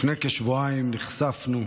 לפני כשבועיים נחשפנו,